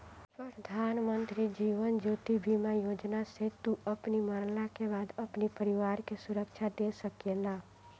प्रधानमंत्री जीवन ज्योति बीमा योजना से तू अपनी मरला के बाद अपनी परिवार के सुरक्षा दे सकेला